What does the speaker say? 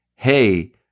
hey